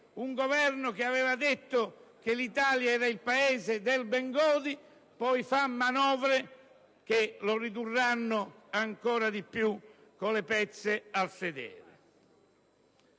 un Governo che aveva detto che l'Italia era il Paese di bengodi poi fa manovre che lo ridurranno ancora di più con le pezze al sedere.